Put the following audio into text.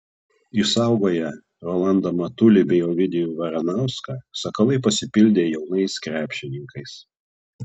išsaugoję rolandą matulį bei ovidijų varanauską sakalai pasipildė jaunais krepšininkais